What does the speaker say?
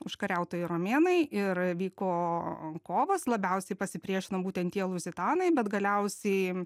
užkariautojai romėnai ir vyko kovos labiausiai pasipriešino būtent tie luzitanai bet galiausiai